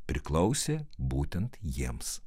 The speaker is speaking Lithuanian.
priklausė būtent jiems